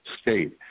state